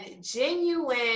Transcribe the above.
genuine